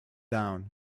down